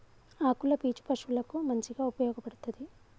ఆకుల పీచు పశువులకు మంచిగా ఉపయోగపడ్తది